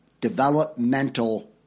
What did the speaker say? developmental